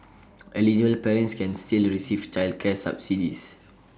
eligible parents can still receive childcare subsidies